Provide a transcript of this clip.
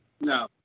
No